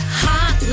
hot